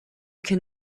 can